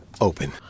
Open